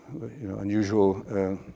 unusual